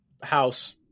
house